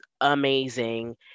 amazing